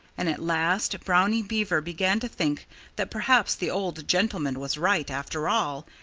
and at last brownie beaver began to think that perhaps the old gentleman was right, after all,